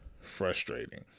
frustrating